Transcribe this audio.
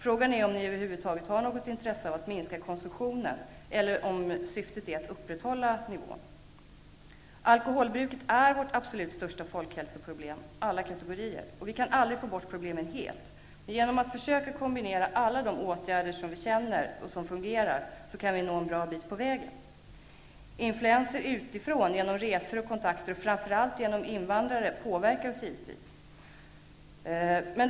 Frågan är om ni över huvud taget har något intresse av att minska konsumtionen, eller om syftet är att upprätthålla nivån. Alkoholbruket är vårt absolut största folkhälsoproblem alla kategorier. Vi kan aldrig få bort problemen helt, men genom att försöka kombinera alla de åtgärder som vi känner och som fungerar kan vi nå en bra bit på vägen. Influenser utifrån genom resor och kontakter, och framför allt genom invandrare, påverkar oss givetvis.